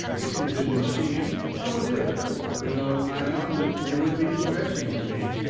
if you bid me see him, i will do it though, i own, it would be distressing to me.